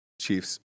Chiefs